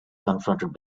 confronted